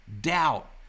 doubt